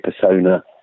persona